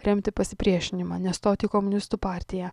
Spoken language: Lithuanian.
remti pasipriešinimą nestoti į komunistų partiją